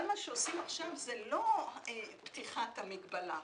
אבל מה שעושים עכשיו זה לא פתיחת המגבלה,